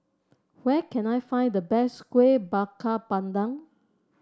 where can I find the best Kueh Bakar Pandan